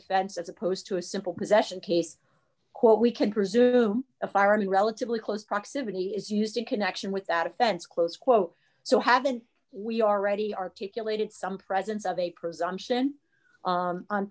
offense as opposed to a simple possession case quote we can presume a firearm in relatively close proximity is used in connection with that offense close quote so haven't we already articulated some presence of a presumption